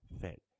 fit